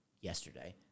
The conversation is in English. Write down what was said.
yesterday